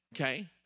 okay